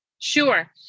Sure